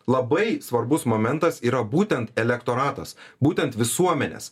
labai svarbus momentas yra būtent elektoratas būtent visuomenės